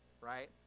right